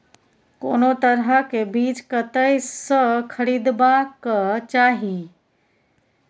कोनो तरह के बीज कतय स खरीदबाक चाही?